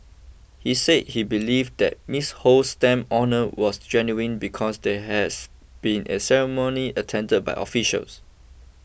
he said he believed that Miss Ho's stamp honour was genuine because there has been a ceremony attended by officials